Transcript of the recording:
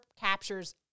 captures